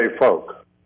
folk